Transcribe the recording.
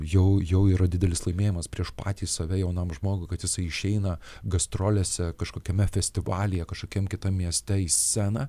jau jau yra didelis laimėjimas prieš patį save jaunam žmogui kad jisai išeina gastrolėse kažkokiame festivalyje kažkokiam kitam mieste į sceną